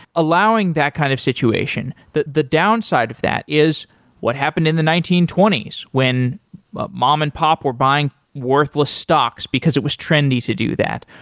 allowing that kind of situation, the downside of that is what happened in the nineteen twenty s when mom-and-pop were buying worthless stocks because it was trendy to do that,